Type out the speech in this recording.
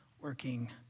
working